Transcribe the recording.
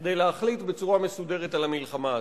כדי להחליט בצורה מסודרת על המלחמה הזאת.